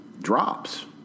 drops